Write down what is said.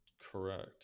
correct